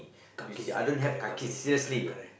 kaki lah correct kakis yeah correct correct